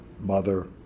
mother